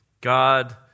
God